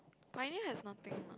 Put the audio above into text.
my name has nothing lah